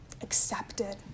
accepted